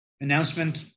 announcement